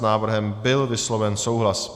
S návrhem byl vysloven souhlas.